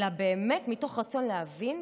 אלא באמת מתוך רצון להבין,